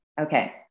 Okay